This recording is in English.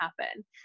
happen